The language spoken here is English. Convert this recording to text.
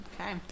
Okay